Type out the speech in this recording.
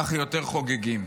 כך יותר חוגגים".